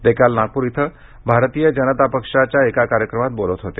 ते काल नागपूर इथं भारतीय जनता पक्षाच्या एका कार्यक्रमात बोलत होते